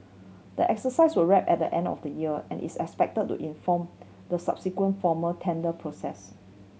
the exercise will wrap at the end of the year and is expected to inform the subsequent formal tender process